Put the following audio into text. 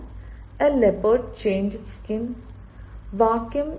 can a leopard change its skin Can a leopard change its skin